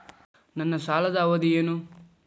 ನನ್ನ ಸಾಲದ ಅವಧಿ ಏನು?